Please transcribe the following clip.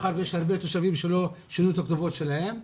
מאחר ויש הרבה תושבים שלא שינו את הכתובות שלהם.